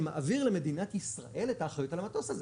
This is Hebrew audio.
שמעביר למדינת ישראל את האחריות על המטוס הזה